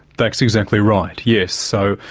that's exactly right, yes. so,